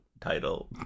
title